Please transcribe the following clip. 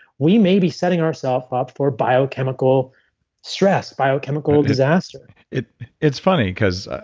we may be setting our self up for biochemical stress, biochemical disaster it's it's funny because